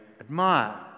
admire